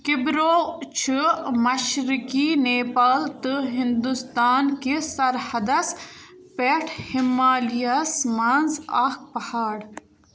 کِبرو چھُ مشرقی نیپال تہٕ ہِنٛدوستان كِس سرحدَس پٮ۪ٹھ ہِمالیہ ہَس منٛز اَکھ پہاڑ